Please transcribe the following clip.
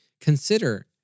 Consider